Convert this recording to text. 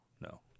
no